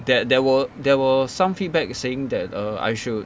that there were there were some feedback saying that err I should